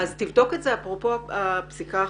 אז תבדוק את זה אפרופו הפסיקה החדשה.